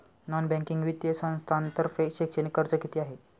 Non banking वित्तीय संस्थांतर्फे शैक्षणिक कर्ज किती आहे?